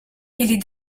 les